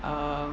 um